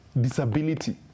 disability